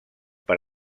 per